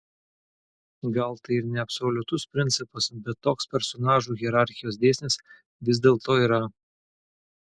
gal tai ir neabsoliutus principas bet toks personažų hierarchijos dėsnis vis dėlto yra